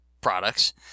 products